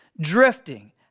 drifting